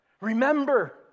Remember